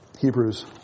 Hebrews